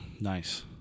Nice